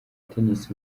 tennis